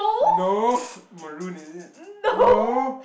no maroon is it no